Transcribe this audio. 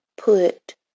put